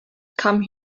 come